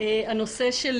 לא,